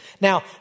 now